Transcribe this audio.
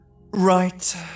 Right